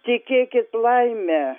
tikėkit laime